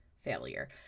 failure